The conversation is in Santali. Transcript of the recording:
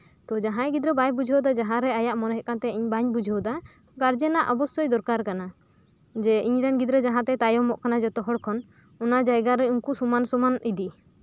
ᱡᱟᱸᱦᱟᱭ ᱜᱤᱫᱽᱨᱟᱹ ᱵᱟᱭ ᱵᱩᱡᱷᱟᱹᱣᱟ ᱢᱚᱱᱮ ᱦᱩᱭᱩᱜ ᱠᱟᱱ ᱛᱟᱭᱟ ᱤᱧ ᱵᱟᱹᱧ ᱵᱩᱡᱷᱟᱹᱣᱫᱟ ᱜᱟᱨᱡᱮᱱ ᱟᱜ ᱚᱵᱚᱥᱥᱳᱭ ᱫᱚᱨᱠᱟᱨ ᱠᱟᱱᱟ ᱤᱧ ᱨᱮᱱ ᱜᱤᱫᱽᱨᱟᱹ ᱡᱟᱸᱦᱟᱛᱮ ᱛᱟᱭᱚᱢᱚᱜ ᱠᱟᱱᱟ ᱡᱚᱛᱚ ᱦᱚᱲ ᱠᱷᱚᱱ ᱚᱱᱟ ᱡᱟᱭᱜᱟ ᱨᱮ ᱩᱱᱠᱩ ᱥᱚᱢᱟᱱ ᱥᱚᱢᱟᱱ ᱤᱫᱤ